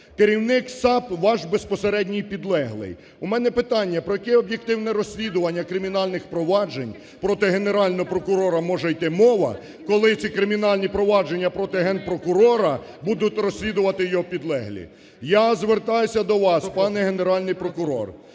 Керівник САП – ваш безпосередній підлеглий. У мене питання: про яке об'єктивне розслідування кримінальних проваджень проти Генерального прокурора може йти мова, коли ці кримінальні провадження проти Генпрокурора будуть розслідувати його підлеглі? Я звертаюся до вас, пане Генеральний прокурор.